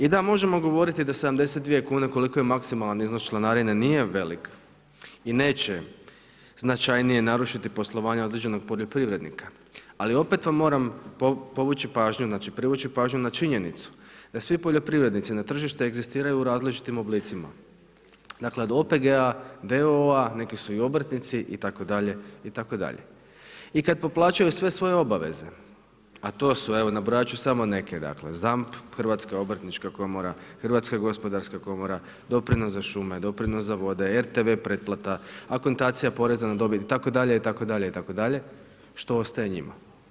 I da, možemo govoriti da 72 kune, koliko je maksimalan iznos članarine nije velik i neće značajnije narušiti poslovanje određenog poljoprivrednika, ali opet vam moram privući pažnju na činjenicu da svi poljoprivrednici na tržištu egzistiraju u različitim oblicima, dakle od OPG-a, d.o.o., neki su i obrtnici itd., itd. i kad poplaćaju sve svoje obaveze, a to su, nabrojat ću samo neke dakle, ZAMP, Hrvatska obrtnička komora, Hrvatska gospodarska komora, doprinos za šume, doprinos za vode, RTV pretplata, akontacija poreza na dobit itd., itd., itd. što ostaje njima?